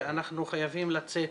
אנחנו חייבים לצאת